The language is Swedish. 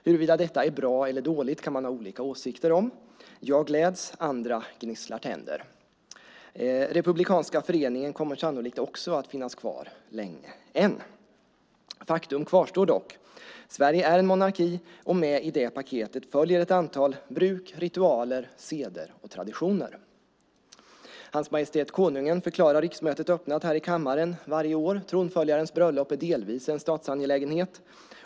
Huruvida detta är bra eller dåligt kan man ha olika åsikter om. Jag gläds. Andra gnisslar tänder. Republikanska föreningen kommer sannolikt också att finnas kvar länge än. Faktum kvarstår dock: Sverige är en monarki, och med i det paketet följer ett antal bruk, ritualer, seder och traditioner. Hans Majestät Konungen förklarar riksmötet öppnat här i kammaren varje år. Tronföljarens bröllop är delvis en statsangelägenhet.